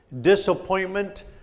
Disappointment